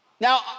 Now